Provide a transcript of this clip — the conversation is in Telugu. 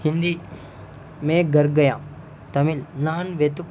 హిందీ మే ఘర్ గయా తమిళ్ నాన్ వెతు